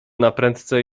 naprędce